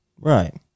Right